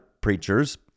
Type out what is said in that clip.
preachers